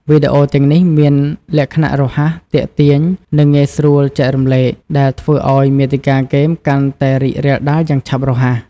វីដេអូទាំងនេះមានលក្ខណៈរហ័សទាក់ទាញ និងងាយស្រួលចែករំលែក ដែលធ្វើឱ្យមាតិកាហ្គេមកាន់តែរីករាលដាលយ៉ាងឆាប់រហ័ស។